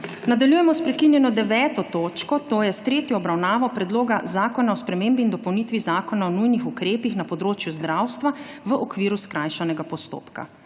Nadaljujemo s prekinjeno 9. točko, to je s tretjo obravnavo Predloga zakona o spremembi in dopolnitvi Zakona o nujnih ukrepih na področju zdravstvav okviru skrajšanega postopka.